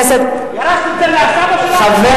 כן, כן, ירשתי את זה מסבא שלי.